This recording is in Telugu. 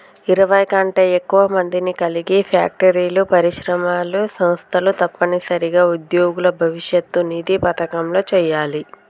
ఇరవై కంటే ఎక్కువ మందిని కలిగి ఫ్యాక్టరీలు పరిశ్రమలు సంస్థలు తప్పనిసరిగా ఉద్యోగుల భవిష్యత్ నిధి పథకంలో చేయాలి